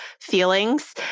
feelings